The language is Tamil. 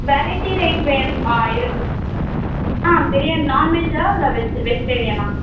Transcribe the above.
வெரைட்டி ரைஸ் வேணுமா இருக்குது ஆ பிரியாணி நான்வெஜ்ஜா இல்லை வெஜ் வெஜிடேரியனா